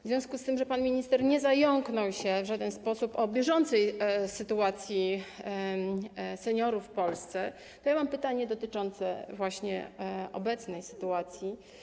W związku z tym, że pan minister nie zająknął się w żaden sposób o bieżącej sytuacji seniorów w Polsce, mam pytanie dotyczące właśnie obecnej sytuacji.